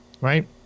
Right